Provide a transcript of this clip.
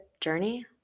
journey